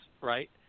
right